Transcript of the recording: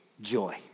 joy